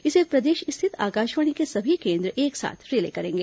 इसे प्रदेश स्थित आकाशवाणी के सभी केंद्र एक साथ रिले करेंगे